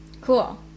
cool